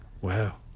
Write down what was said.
wow